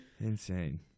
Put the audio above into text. insane